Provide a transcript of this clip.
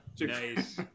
Nice